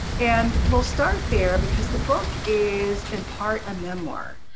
and we'll start there, because the book is in part, a memoir.